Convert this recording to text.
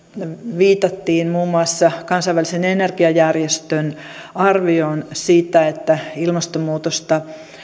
viitattiin muun muassa kansainvälisen energiajärjestön arvioon siitä että ilmastonmuutosta